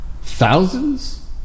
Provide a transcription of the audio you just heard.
thousands